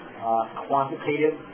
quantitative